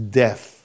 death